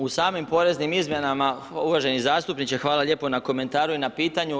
U samim poreznim izmjenama, uvaženi zastupniče, hvala lijepo na komentaru i na pitanju.